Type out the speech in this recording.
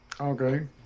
Okay